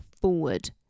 forward